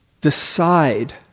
decide